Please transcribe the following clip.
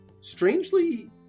Strangely